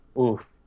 oof